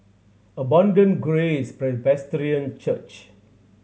Abundant Grace Presbyterian Church